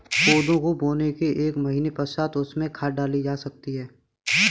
कोदो को बोने के एक महीने पश्चात उसमें खाद डाली जा सकती है